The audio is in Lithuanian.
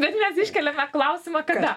bet mes iškeliame klausimą kada